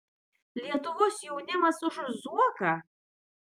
lietuvos jaunimas už zuoką